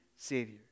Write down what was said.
Savior